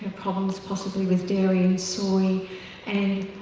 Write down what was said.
problems possibly with dairy and soy and.